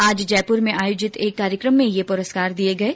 आज जयपुर में आयोजित एक कार्यक्रम में यह पुरस्कार दिये गये